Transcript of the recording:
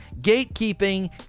gatekeeping